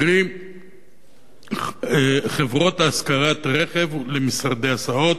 קרי חברות השכרת רכב ולמשרדי הסעות,